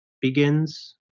Begins